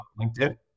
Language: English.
linkedin